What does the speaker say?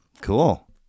Cool